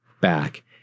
back